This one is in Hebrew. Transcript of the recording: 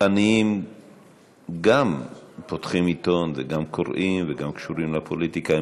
עניים גם פותחים עיתון וגם קוראים וגם קשורים לפוליטיקה.